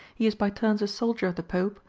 he is by turns a soldier of the pope,